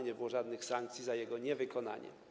Nie było żadnych sankcji za jego niewykonanie.